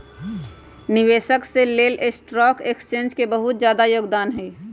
निवेशक स के लेल स्टॉक एक्सचेन्ज के बहुत जादा योगदान हई